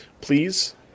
please